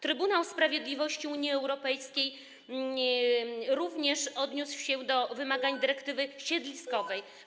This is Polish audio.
Trybunał Sprawiedliwości Unii Europejskiej również odniósł się do wymagań dyrektywy siedliskowej.